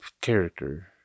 Character